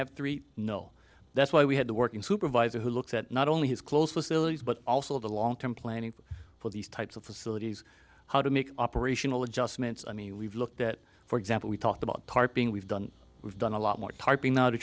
three no that's why we had the working supervisor who looked at not only his close facilities but also the long term planning for these types of facilities how to make operational adjustments i mean we've looked at for example we talked about part being we've done we've done a lot more typing now to